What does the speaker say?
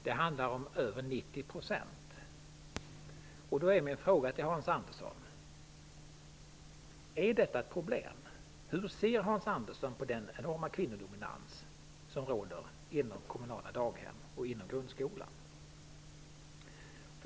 Det handlar om över 90 % kvinnor. Då är min fråga till Hans Andersson: Är detta ett problem? Hur ser Hans Andersson på den enorma kvinnodominans som råder inom kommunala daghem och grundskolan?